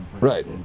Right